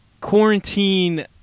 quarantine